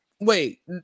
wait